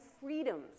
freedoms